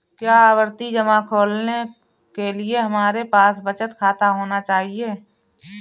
क्या आवर्ती जमा खोलने के लिए हमारे पास बचत खाता होना चाहिए?